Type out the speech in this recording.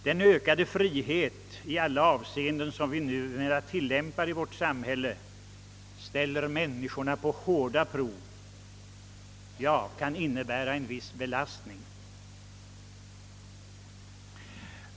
Den ökade friheten i alla avseenden som vi numera tillämpar i vårt samhälle ställer människorna på hårda prov, ja, kan innebära en viss belastning.